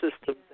system